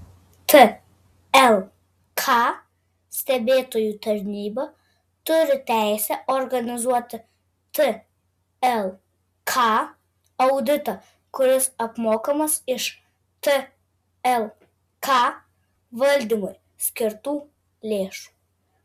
tlk stebėtojų taryba turi teisę organizuoti tlk auditą kuris apmokamas iš tlk valdymui skirtų lėšų